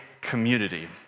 community